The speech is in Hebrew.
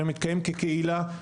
אלא מתקיים כקהילה,